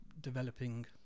developing